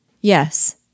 Yes